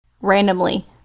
randomly